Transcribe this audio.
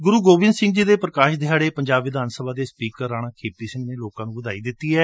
ਗੁਰੁ ਗੋਬਿੰਦ ਸਿੰਘ ਜੀ ਦੇ ਪੁਕਾਸ਼ ਦਿਹਾੜੇ ਪੰਜਾਬ ਵਿਧਾਨ ਸਭਾ ਦੇ speaker Rana K P Singh ਨੇ ਲੋਕਾਂ ਨੁੰ ਵਧਾਈ ਦਿੱਤੀ ਏ